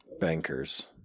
Bankers